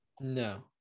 No